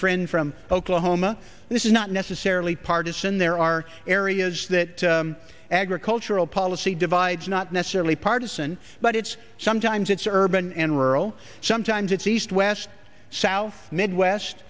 friend from oklahoma this is not necessarily partisan there are areas that agricultural policy divides not necessarily partisan but it's sometimes it's urban and rural sometimes it's east west south midwest